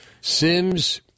Sims